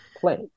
play